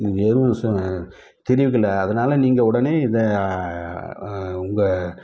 எதுவும் தெரிவிக்கலை அதனால் நீங்கள் உடனே இதை உங்கள்